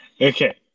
Okay